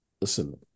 listen